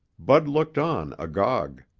bud looked on agog.